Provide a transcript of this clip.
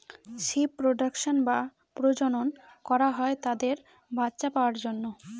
sheep reproduction বা প্রজনন করা হয় তাদের বাচ্চা পাওয়ার জন্য